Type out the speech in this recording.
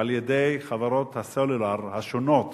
על-ידי חברות הסלולר השונות